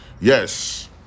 Yes